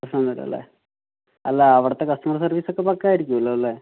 പ്രശ്നമൊന്നുമില്ല അല്ലേ അല്ല അവിടുത്തെ കസ്റ്റമർ സർവീസ് ഒക്കേ പക്കാ ആയിരിക്കുല്ലോ അല്ലേ